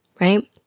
right